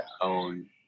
own